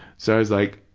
so i was like,